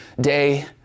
day